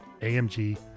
AMG